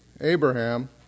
Abraham